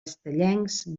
estellencs